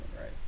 right